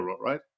right